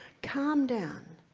calm down,